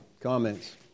Comments